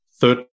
third